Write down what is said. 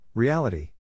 Reality